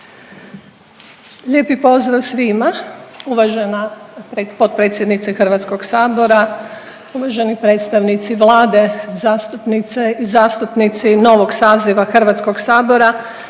Lijepi pozdrav svima. Uvažane potpredsjednice HS-a, uvaženi predstavnici Vlade, zastupnice i zastupnici novog saziva HS-a. Dopustite